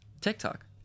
TikTok